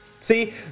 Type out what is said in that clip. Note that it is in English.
See